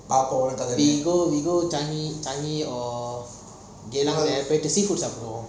we go we go chinese chinese or seafood சாப்பிடுவோம்:sapduvom